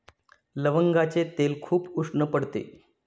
लवंगाचे तेल खूप उष्ण पडते